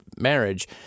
marriage